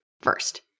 First